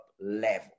level